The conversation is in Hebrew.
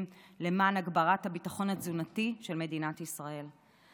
למען הגברת הביטחון התזונתי של מדינת ישראל.